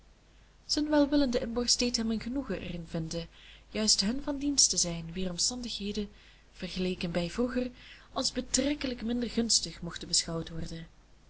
zijn welwillende inborst deed hem een genoegen erin vinden juist hun van dienst te zijn wier omstandigheden vergeleken bij vroeger als betrekkelijk minder gunstig mochten beschouwd worden